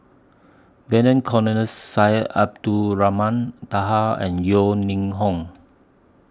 Vernon Cornelius Syed Abdulrahman Taha and Yeo Ning Hong